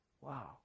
Wow